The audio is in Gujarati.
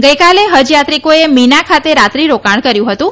ગઈકાલે હજયાત્રીકોએ મીના ખાતે રાત્રી રોકાણ કર્યુ હતું